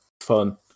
fun